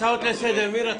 הצעות לסדר, מי רצה?